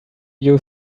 you